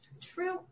True